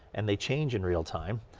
and they change in real time,